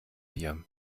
bier